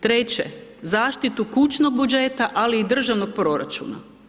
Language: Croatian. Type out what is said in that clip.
Treće, zaštitu kućnog budžeta, ali i državnog proračuna.